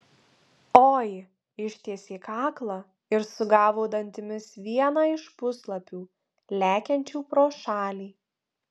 oi ištiesė kaklą ir sugavo dantimis vieną iš puslapių lekiančių pro šalį